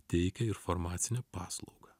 teikia ir farmacinę paslaugą